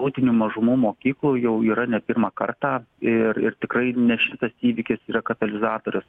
tautinių mažumų mokyklų jau yra ne pirmą kartą ir ir tikrai ne šitas įvykis yra katalizatorius